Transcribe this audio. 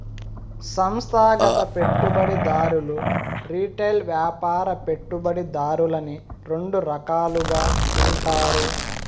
సంస్థాగత పెట్టుబడిదారులు రిటైల్ వ్యాపార పెట్టుబడిదారులని రెండు రకాలుగా ఉంటారు